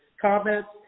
comments